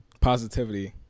positivity